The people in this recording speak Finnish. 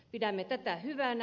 pidämme tätä hyvänä